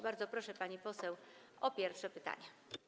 Bardzo proszę, pani poseł, o pierwsze pytanie.